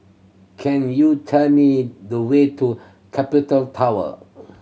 can you tell me the way to Capital Tower